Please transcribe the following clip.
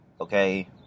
Okay